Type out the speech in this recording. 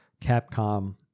Capcom